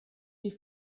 die